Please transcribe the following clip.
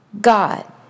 God